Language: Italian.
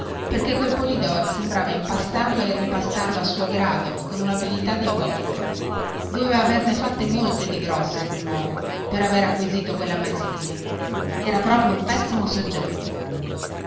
perchè quel polidori sembrava impastarlo e rimpastarlo a suo grado con unabilità diabolica doveva averne fatte molte di grosse quelluomo per aver acquistato quella maestria era proprio un pessimo soggetto